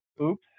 oops